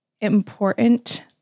important